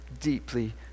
deeply